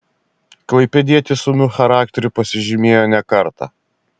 klaipėdietis ūmiu charakteriu pasižymėjo ne kartą